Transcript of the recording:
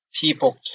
people